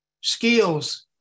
skills